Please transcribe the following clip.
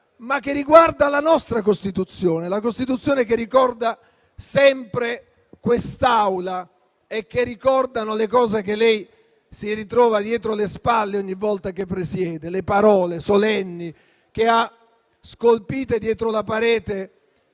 ma la nostra Costituzione. La Costituzione che ricorda sempre quest'Aula e che ricordano quanto lei si ritrova dietro le spalle ogni volta che presiede, le parole solenni che sono scolpite sulla parete.